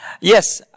yes